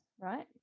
right